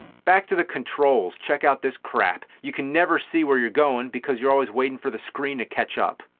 back to the controls, check out this crap! you can never see where you are going because you are always waiting for the screen to catch up.